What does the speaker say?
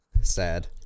Sad